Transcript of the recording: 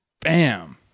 bam